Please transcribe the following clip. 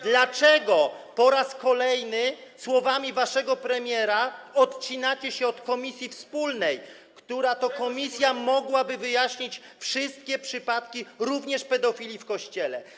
Dlaczego po raz kolejny słowami waszego premiera odcinacie się od komisji wspólnej, która to komisja mogłaby wyjaśnić wszystkie przypadki, również pedofilii w Kościele?